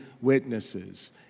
witnesses